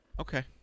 okay